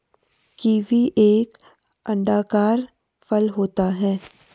kiwi एक अंडाकार फल होता है